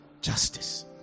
justice